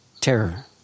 terror